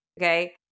Okay